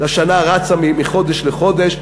והשנה רצה מחודש לחודש,